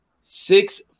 six